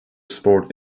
sport